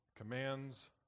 commands